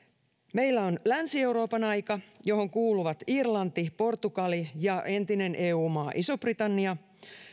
meillä on länsi euroopan aika johon kuuluvat irlanti portugali ja entinen eu maa iso britannia